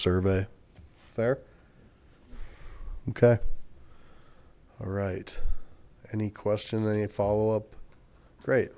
survey there okay all right any question then you follow up great